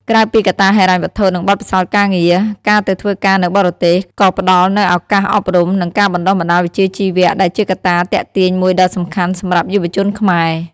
ក្រៅពីកត្តាហិរញ្ញវត្ថុ និងបទពិសោធន៍ការងារ ការទៅធ្វើការនៅបរទេសក៏ផ្ដល់នូវឱកាសអប់រំ និងការបណ្ដុះបណ្ដាលវិជ្ជាជីវៈ ដែលជាកត្តាទាក់ទាញមួយដ៏សំខាន់សម្រាប់យុវជនខ្មែរ។